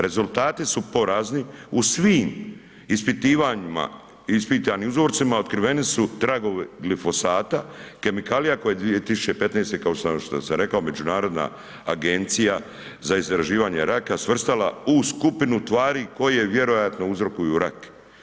Rezultati su porazni, u svim ispitivanjima i ispitanim uzorcima otkriveni su tragovi glifosata, kemikalija koja je 2015.-te, kao što sam rekao, Međunarodna agencija za istraživanje raka svrstala u skupinu tvari koje vjerojatno uzrokuju rak.